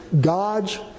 God's